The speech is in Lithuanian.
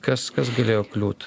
kas kas galėjo kliūt